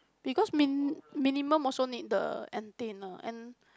because min~ minimum also need the antenna and